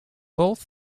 both